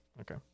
Okay